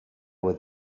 with